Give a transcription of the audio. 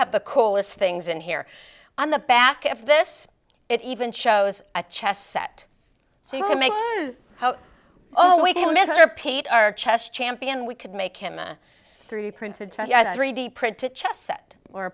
have the coolest things in here on the back of this it even shows a chess set so you can make oh wait a minute are paid our chess champion we could make him a three printed three d printed chess set or